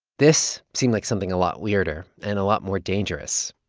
this seemed like something a lot weirder and a lot more dangerous.